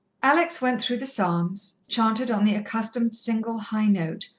alex went through the psalms, chanted on the accustomed single high note,